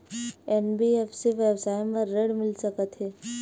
NBFC व्यवसाय मा ऋण मिल सकत हे